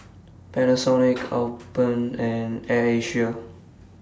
Panasonic Alpen and Air Asia